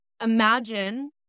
imagine